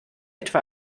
etwa